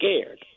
scared